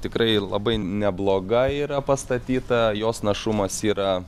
tikrai labai nebloga yra pastatyta jos našumas yra